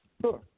Sure